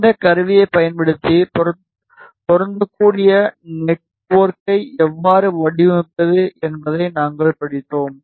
இந்த கருவியைப் பயன்படுத்தி பொருந்தக்கூடிய நெட்ஒர்க்கை எவ்வாறு வடிவமைப்பது என்பதை நாங்கள் படித்தோம்